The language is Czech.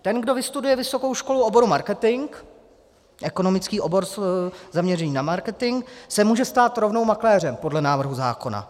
Ten, kdo vystuduje vysokou školu obor marketing, ekonomický obor se zaměřením na marketing, se může stát rovnou makléřem podle návrhu zákona.